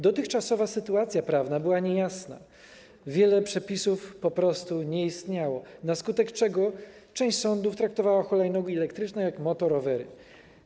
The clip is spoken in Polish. Dotychczasowa sytuacja prawna była niejasna, wiele przepisów po prostu nie istniało, na skutek czego część sądów traktowała hulajnogi elektryczne jak motorowery.